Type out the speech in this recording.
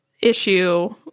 issue